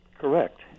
Correct